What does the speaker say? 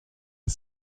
eus